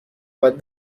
باید